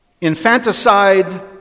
infanticide